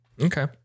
okay